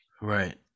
right